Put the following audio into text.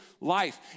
life